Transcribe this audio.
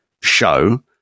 show